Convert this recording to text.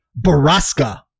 Baraska